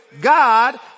God